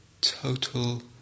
Total